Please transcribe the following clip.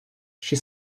she